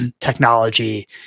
technology